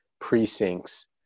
precincts